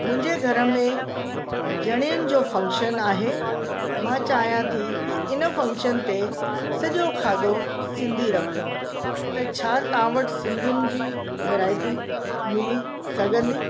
मुंहिंजे घर में जणियनि जो फंक्शन आहे मां चाहियां थी की इन फंक्शन ते सॼो खाधो सिंधी रखूं त छा तव्हां वटि सिंधीयुनि जी वैरायटी मिली सघंदी